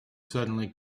suddenly